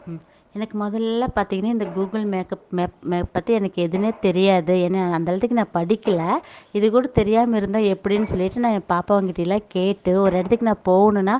ம் எனக்கு முதல்ல பார்த்தீங்கன்னா இந்த கூகுள் மேக்கப் மேப் மேப் பற்றி எனக்கு எதுன்னே தெரியாது ஏன்னா அந்த அளத்துக்கு நான் படிக்கலை இதுக்கூட தெரியாமல் இருந்தால் எப்படின்னு சொல்லிவிட்டு நான் ஏன் பாப்பாங்கிட்டயெல்லாம் கேட்டு ஒரு இடத்துக்கு நான் போகணும்ன்னா